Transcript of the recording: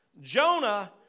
Jonah